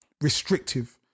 restrictive